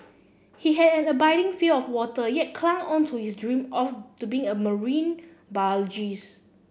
he had an abiding fear of water yet clung on to his dream or to be a marine biologist